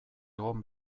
egon